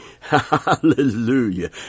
Hallelujah